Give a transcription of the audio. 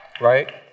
right